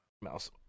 Mouse